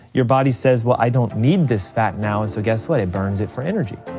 your body says, well, i don't need this fat now and so guess what, it burns it for energy.